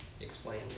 explain